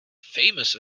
famous